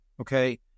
okay